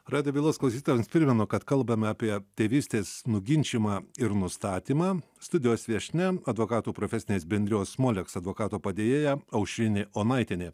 radijo bylos klausytojams primenu kad kalbame apie tėvystės nuginčijimą ir nustatymą studijos viešnia advokatų profesinės bendrijos moleks advokato padėjėja aušrinė onaitienė